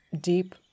deep